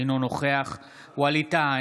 אינו נוכח ווליד טאהא,